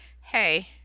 hey